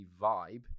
vibe